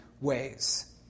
ways